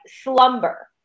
slumber